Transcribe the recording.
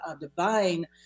divine